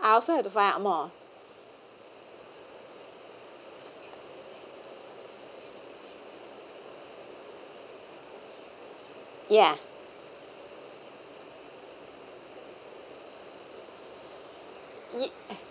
I also have to find out more ya ye~